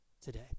today